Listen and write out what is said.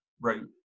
wrote